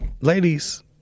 ladies